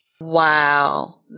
Wow